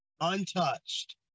untouched